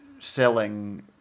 Selling